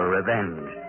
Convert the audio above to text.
revenge